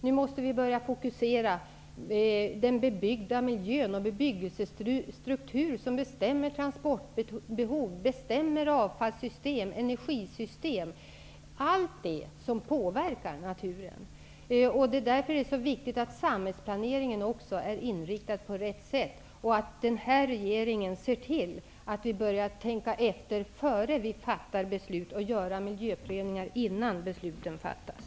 Nu måste vi börja fokusera den bebyggda miljön och den bebyggelsestruktur som bestämmer transportbehov, avfallssystem och energisystem -- allt det som påverkar naturen. Det är därför som det är så viktigt att samhällsplaneringen också är inriktad på rätt sätt och att regeringen ser till att vi börjar tänka efter innan vi fattar beslut och gör miljöprövningar innan besluten fattas.